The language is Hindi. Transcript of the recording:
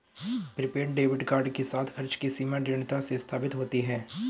प्रीपेड डेबिट कार्ड के साथ, खर्च की सीमा दृढ़ता से स्थापित होती है